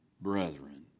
brethren